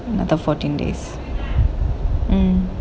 another fourteen days mm